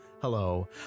Hello